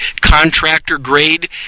contractor-grade